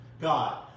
god